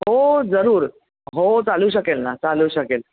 हो जरूर हो चालू शकेल ना चालू शकेल